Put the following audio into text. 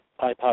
iPod